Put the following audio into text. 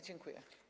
Dziękuję.